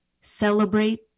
Celebrate